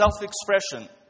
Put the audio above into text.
self-expression